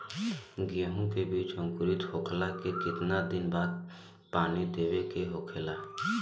गेहूँ के बिज अंकुरित होखेला के कितना दिन बाद पानी देवे के होखेला?